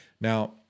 Now